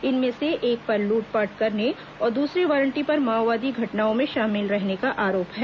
इनमें से एक पर लूटपाट करने और दूसरे वारंटी पर माओवादी घटनाओं में शामिल रहने का आरोप है